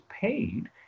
paid